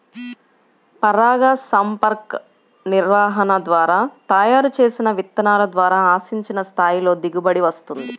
పరాగసంపర్క నిర్వహణ ద్వారా తయారు చేసిన విత్తనాల ద్వారా ఆశించిన స్థాయిలో దిగుబడి వస్తుంది